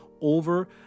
over